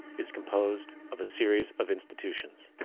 is composed of a series of institutions.